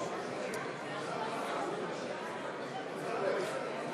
בממשלה לא נתקבלה.